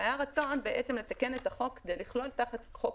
והיה רצון לתקן את החוק כדי לכלול תחת חוק